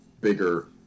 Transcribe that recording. bigger